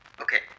Okay